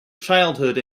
childhood